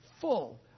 Full